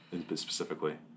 specifically